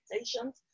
expectations